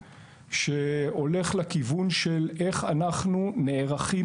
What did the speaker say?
שהולך לכיוון של איך אנחנו נערכים,